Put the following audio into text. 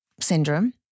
syndrome